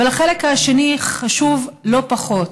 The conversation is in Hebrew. אבל החלק השני חשוב לא פחות,